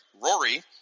Rory